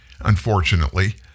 unfortunately